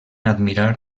admirar